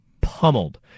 pummeled